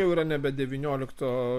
jau yra nebe devyniolikto